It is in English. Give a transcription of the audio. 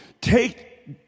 take